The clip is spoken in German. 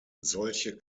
solche